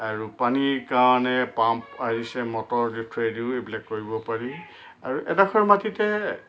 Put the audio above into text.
আৰু পানীৰ কাৰণে পাম্প আহিছে মটৰ থ্ৰ'ৱেদিও এইবিলাক কৰিব পাৰি আৰু এডোখৰ মাটিতে